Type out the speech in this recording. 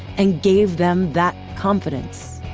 and gave them that confidence.